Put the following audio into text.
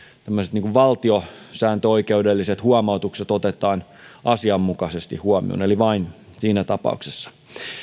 tämmöiset valtiosääntöoikeudelliset huomautukset otetaan asianmukaisesti huomioon eli vain siinä tapauksessa